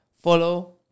follow